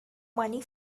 money